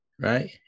right